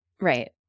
Right